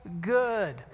good